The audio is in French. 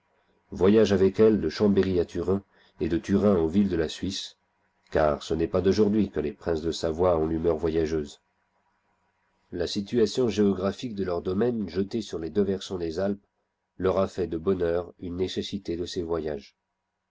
voyage avec elle de chambéry à turin et de turin aux villes de la suisse car ce n'est pas d'aujourd'hui que les princes de savoie ont l'humeur voyageuse la situation géographique de leurs domaines jetés sur les deux versants des alpes leur a fait de bonne heure une nécessité de ces voyages